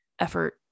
effort